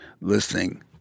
listening